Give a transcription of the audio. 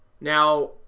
Now